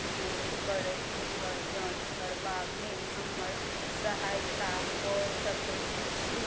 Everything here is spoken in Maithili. उपयोग करैत एकर जाँच करबामे हमर सहायता कऽ सकैत छी